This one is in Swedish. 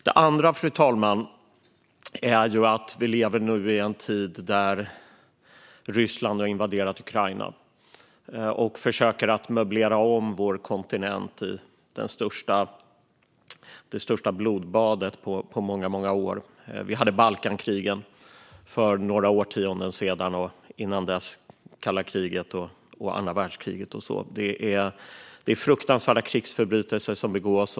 Det andra, fru talman, är att vi lever i en tid när Ryssland har invaderat Ukraina och försöker att möblera om vår kontinent i det största blodbadet på många, många år. Vi hade Balkankrigen för några årtionden sedan och innan dess kalla kriget och andra världskriget. Det är fruktansvärda krigsförbrytelser som begås.